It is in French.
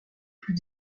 plus